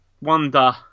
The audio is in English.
wonder